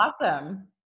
Awesome